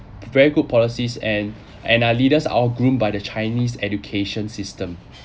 very good policies and and our leaders are groomed by the chinese education system